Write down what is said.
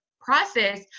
process